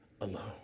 alone